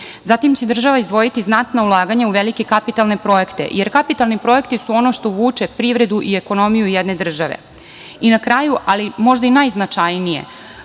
država će izdvojiti znatna ulaganja u velike kapitalne projekte, jer kapitalni projekti su ono što vuče privredu i ekonomiju jedne države. Na kraju, ali možda najznačajnije,